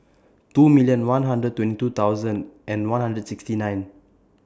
two million one hundred and twenty two thousand and one hundred and sixty nine